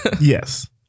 yes